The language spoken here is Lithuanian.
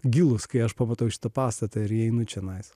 gilūs kai aš pamatau šitą pastatą ir įeinu čionais